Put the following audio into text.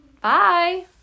Bye